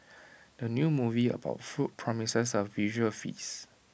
the new movie about food promises A visual feast